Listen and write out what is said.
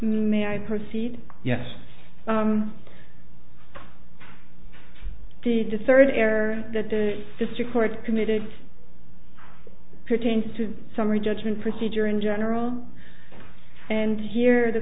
may i proceed yes the to third error that the district court committed pertains to summary judgment procedure in general and here the